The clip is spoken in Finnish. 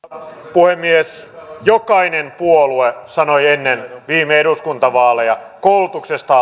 puhemies jokainen puolue sanoi ennen viime eduskuntavaaleja koulutuksesta